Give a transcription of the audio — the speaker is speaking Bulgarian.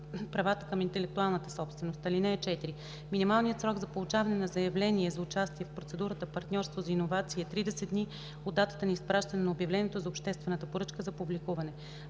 правата върху интелектуалната собственост. (4) Минималният срок за получаване на заявление за участие в процедурата партньорство за иновации е 30 дни от датата на изпращане на обявлението за обществената поръчка за публикуване.